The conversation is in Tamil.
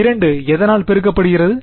2 எதனால் பெருக்கப்படுகிறது